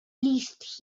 least